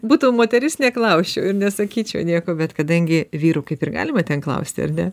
būtų moteris neklausčiau ir nesakyčiau nieko bet kadangi vyrų kaip ir galima ten klausti ar ne